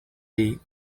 lee